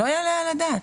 לא יעלה על הדעת.